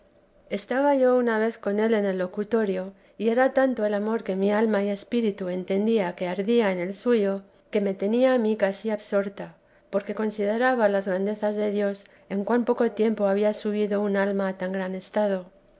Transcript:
estaba yo una vez con él en un locutorio y era tanto el amor que mi alma y espíritu entendía que ardía en el suyo que me tenía a mí casi absorta porque consideraba las grandezas de dios en cuan poco tiempo había subido un alma a tan grande estado